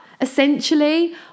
Essentially